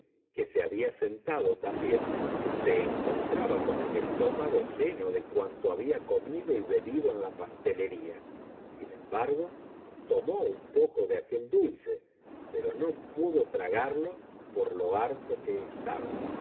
que se había sentado también se encontraba con el estómago lleno de cuanto había comido y bebido en la pastelería sin embargo tomó un poco de aquel dulce pero no pudo tragarlo por lo harto que estaba